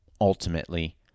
ultimately